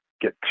get